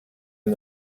and